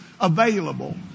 available